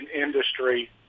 industry